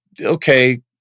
okay